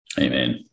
Amen